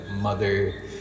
mother